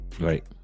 right